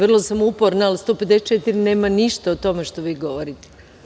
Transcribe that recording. Vrlo sam uporna, ali 154. nema ništa o tome o čemu vi govorite.